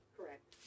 Correct